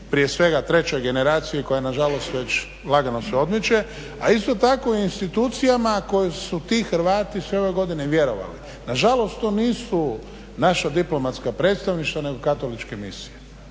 prije svega trećoj generaciji koja je na žalost već lagano se odmiče, a isto tako i institucijama koje su ti Hrvati sve ove godine vjerovali. Na žalost to nisu naša diplomatska predstavništva nego katoličke misije